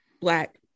black